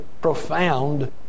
profound